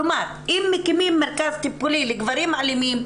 כלומר אם מקימים מרכז טיפולי לגברים אלימים,